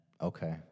Okay